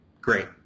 Great